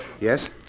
Yes